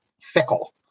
fickle